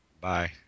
bye